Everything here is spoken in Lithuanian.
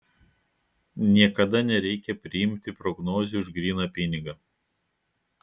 niekada nereikia priimti prognozių už gryną pinigą